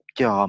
cho